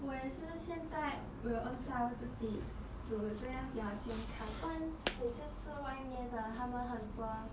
我也是现在我有 own self 自己煮这样比较健康不然每次吃外面的他们很多